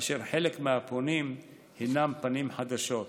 וחלק מהפונים הם פנים חדשות.